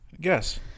Guess